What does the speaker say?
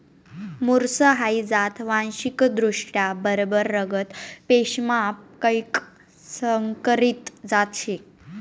मुर्स हाई जात वांशिकदृष्ट्या बरबर रगत पेशीमा कैक संकरीत जात शे